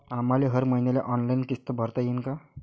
आम्हाले हर मईन्याले ऑनलाईन किस्त भरता येईन का?